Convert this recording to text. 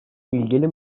ilgili